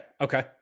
okay